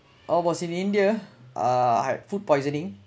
ah was in india uh food poisoning